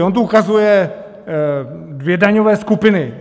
On tu ukazuje dvě daňové skupiny.